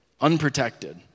unprotected